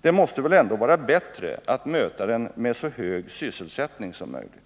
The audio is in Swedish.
Det måste väl ändå vara bättre att möta den med en så hög sysselsättning som möjligt.